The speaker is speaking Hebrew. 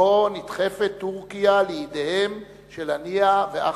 שבו נדחפת טורקיה לידיהם של הנייה ואחמדינג'אד.